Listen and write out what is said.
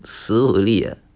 十五粒 ah